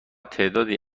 تعدادی